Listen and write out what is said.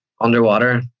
underwater